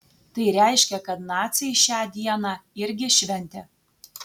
tai reiškia kad naciai šią dieną irgi šventė